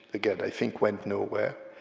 again, i think went nowhere.